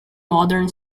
modern